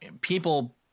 people